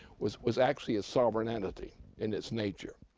was was actually a sovereign entity in its nature.